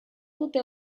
dute